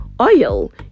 oil